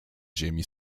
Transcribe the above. ziemi